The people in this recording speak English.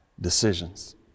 decisions